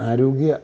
ആരോഗ്യ